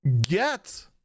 get